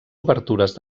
obertures